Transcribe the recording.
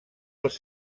els